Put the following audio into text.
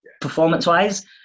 performance-wise